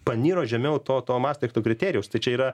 paniro žemiau to mastrichto kriterijaus tai čia yra